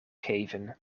geven